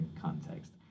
context